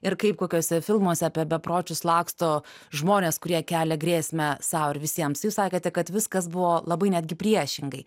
ir kaip kokiuose filmuose apie bepročius laksto žmonės kurie kelia grėsmę sau ir visiems jūs sakėte kad viskas buvo labai netgi priešingai